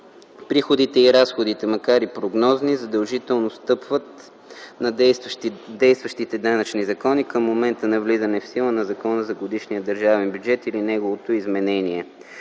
приходите и разходите, макар и прогнозни, задължително встъпват на „действащите данъчни закони” към момента на влизане в сила на закона за годишния държавен бюджет или неговото изменение.